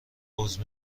عذر